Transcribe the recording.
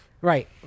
right